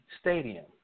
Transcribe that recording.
Stadium